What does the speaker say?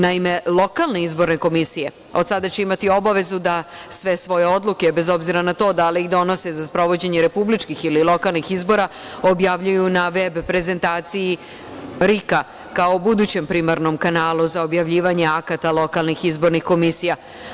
Naime, lokalne izborne komisije od sada će imati obavezu da sve svoje odluke, bez obzira na to da li ih donose za sprovođenje republičkih ili lokalnih izbora, objavljuju na veb prezentaciji RIK-a, kao budućem primarnom kanalu za objavljivanje akata lokalnih izbornih komisija.